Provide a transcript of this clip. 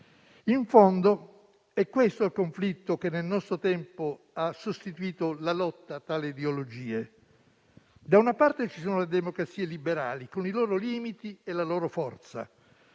In fondo, è questo il conflitto che nel nostro tempo ha sostituito la lotta tra le ideologie. Da una parte, ci sono le democrazie liberali, con i loro limiti e la loro forza;